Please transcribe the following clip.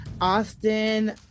Austin